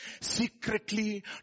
Secretly